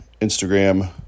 Instagram